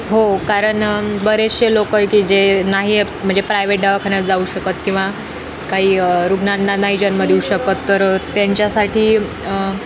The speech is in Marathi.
हो कारण बरेचसे लोकं आहे की जे नाही म्हणजे प्रायवेट दवाखान्यात जाऊ शकत किंवा काही रुग्णांना नाही जन्म देऊ शकत तर त्यांच्यासाठी